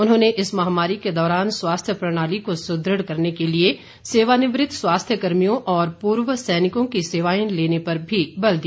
उन्होंने इस महामारी के दौरान स्वास्थ्य प्रणाली को सुदृढ़ करने के लिए सेवानिवृत स्वास्थ्यकर्मियों और पूर्व सैनिकों की सेवाएं लेने पर भी बल दिया